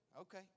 okay